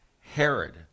Herod